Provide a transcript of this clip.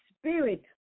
Spirit